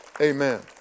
amen